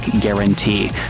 guarantee